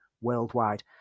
worldwide